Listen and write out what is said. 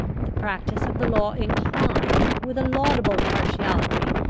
the practice of the law inclined, with a laudable partiality,